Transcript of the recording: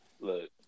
Look